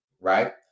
right